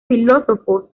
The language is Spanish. filósofo